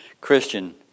Christian